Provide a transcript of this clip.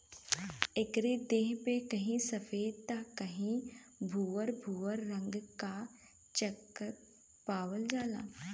एकरे देह पे कहीं सफ़ेद त कहीं भूअर भूअर रंग क चकत्ता पावल जाला